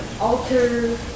alter